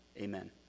Amen